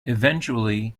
eventually